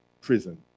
prison